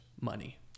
money